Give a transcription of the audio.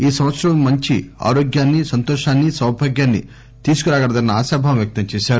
ఈ సంవత్సరం మంచి ఆరోగ్యాన్ని సంతోషాన్ని సౌభాగ్యాన్ని తీసుకురాగలదన్న ఆశాభావం వ్యక్తం చేశారు